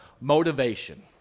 motivation